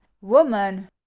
Woman